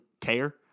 care